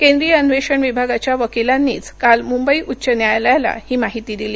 केंद्रीय अन्वेषण विभागाच्या वकिलांनीच काल मुंबई उच्च न्यायालयाला ही माहिती दिली